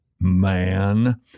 man